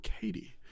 Katie